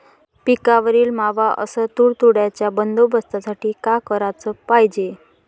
पिकावरील मावा अस तुडतुड्याइच्या बंदोबस्तासाठी का कराच पायजे?